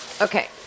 Okay